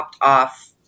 off